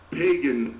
pagan